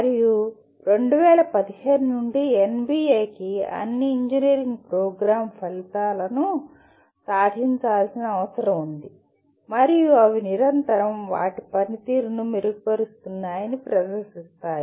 మరియు 2015 నుండి NBA కి అన్ని ఇంజనీరింగ్ ప్రోగ్రామ్లు ప్రోగ్రామ్ ఫలితాలను సాధించాల్సిన అవసరం ఉంది మరియు అవి నిరంతరం వారి పనితీరును మెరుగుపరుస్తున్నాయని ప్రదర్శిస్తాయి